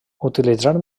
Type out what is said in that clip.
utilitzar